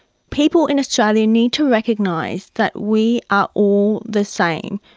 people in australia need to recognise that we are all the same,